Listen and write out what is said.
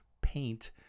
paint